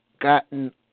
gotten